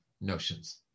notions